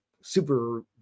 super